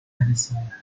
peninsula